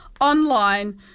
online